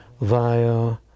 via